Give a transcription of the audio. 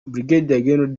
gen